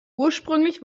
ursprünglich